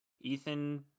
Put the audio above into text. ethan